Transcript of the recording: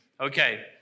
Okay